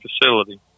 facility